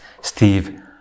steve